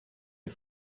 est